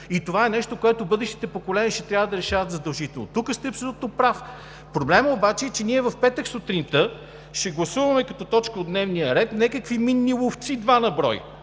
И това е нещо, което бъдещите поколения ще трябва да решават задължително. Тук сте абсолютно прав. Проблемът обаче е, че ние в петък сутринта ще гласуваме като точка от дневния ред някакви минни ловци – два на брой.